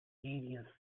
serious